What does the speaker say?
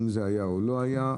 אם זה היה או לא היה,